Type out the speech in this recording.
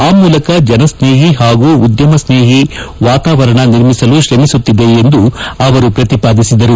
ಆ ಮೂಲಕ ಜನ ಸ್ನೇಹಿ ಹಾಗೂ ಉದ್ದಮ ಸ್ನೇಹಿ ವಾತಾವರಣ ನಿರ್ಮಿಸಲು ಶ್ರಮಿಸುತ್ತಿದೆ ಎಂದು ಅವರು ಶ್ರತಿಪಾದಿಸಿದರು